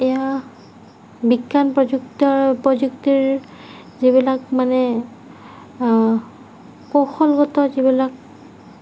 এতিয়া বিজ্ঞান প্ৰযুক্তিৰ যিবিলাক মানে কৌশলগত যিবিলাক